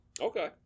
Okay